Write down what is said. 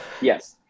Yes